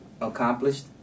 accomplished